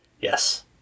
Yes